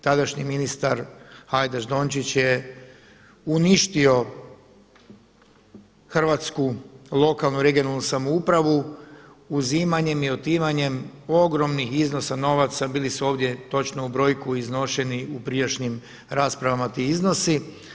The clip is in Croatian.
Tadašnji ministar Hajdaš-Dončić je uništio Hrvatsku lokalnu, regionalnu samoupravu uzimanjem i otimanjem ogromnih iznosa novaca, bili su ovdje točno u brojku iznošeni u prijašnjim raspravama ti iznosi.